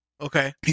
okay